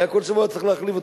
היה כל שבוע צריך להחליף אותן.